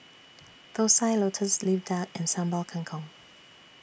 Thosai Lotus Leaf Duck and Sambal Kangkong